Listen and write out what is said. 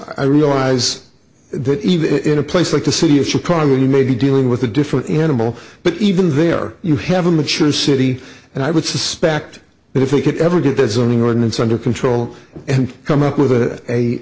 i realize that even in a place like the city of chicago you may be dealing with a different animal but even there you have a mature city and i would suspect that if you could ever get that zoning ordinance under control and come up with